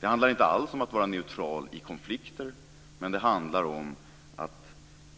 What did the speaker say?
Det handlar inte alls om att vara neutral i konflikter, men det handlar om att